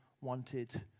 wanted